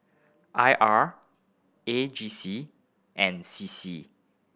I R A G C and C C